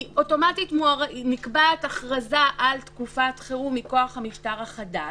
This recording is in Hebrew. אוטומטית נקבעת הכרזה על תקופת חירום מכוח המשטר החדש.